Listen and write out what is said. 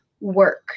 work